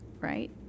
right